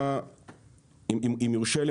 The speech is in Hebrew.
אם יורשה לי,